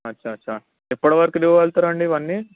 అచ్చ అచ్చ ఎప్పటివరకు ఇవ్వగలుగుతారండి ఇవ్వన్నీ